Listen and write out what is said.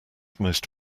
most